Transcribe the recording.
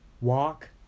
Walk